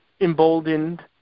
emboldened